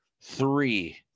Three